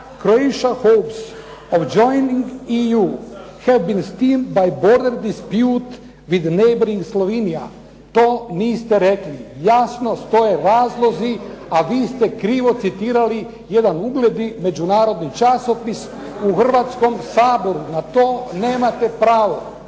…/Govornik se ne razumije./… with neighbourd Slovenije, to niste rekli, jasno stoje razlozi a vi ste krivo citirali jedan ugledni međunarodni časopis u Hrvatskom saboru, na to nemate pravo.